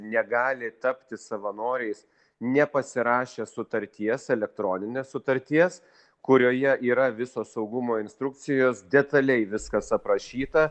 negali tapti savanoriais nepasirašę sutarties elektroninės sutarties kurioje yra visos saugumo instrukcijos detaliai viskas aprašyta